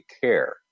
care